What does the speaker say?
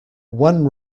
one